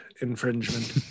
infringement